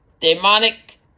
demonic